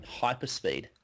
hyperspeed